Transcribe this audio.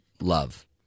love